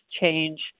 change